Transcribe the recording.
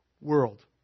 world